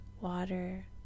water